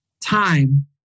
time